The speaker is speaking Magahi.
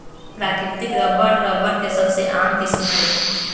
प्राकृतिक रबर, रबर के सबसे आम किस्म हई